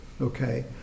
okay